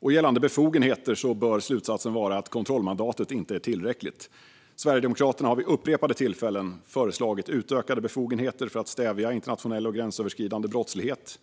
När det gäller befogenheter bör slutsatsen vara att kontrollmandatet inte är tillräckligt. Sverigedemokraterna har vid upprepade tillfällen föreslagit utökade befogenheter för att stävja internationell och gränsöverskridande brottslighet.